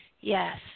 Yes